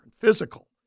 physical